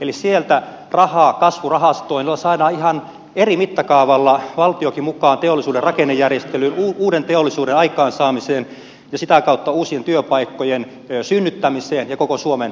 eli sieltä rahaa kasvurahastoon jolla saadaan ihan eri mittakaavalla valtiokin mukaan teollisuuden rakennejärjestelyyn uuden teollisuuden aikaansaamiseen ja sitä kautta uusien työpaikkojen synnyttämiseen ja koko suomen nousuun